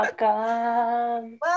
Welcome